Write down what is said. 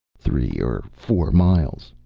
three or four miles.